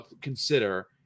consider